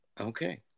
okay